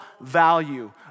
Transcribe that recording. value